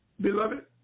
Beloved